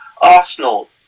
Arsenal